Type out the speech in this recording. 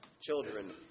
children